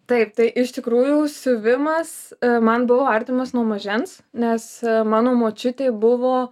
taip tai iš tikrųjų siuvimas man buvo artimas nuo mažens nes mano močiutė buvo